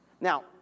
Now